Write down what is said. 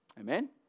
Amen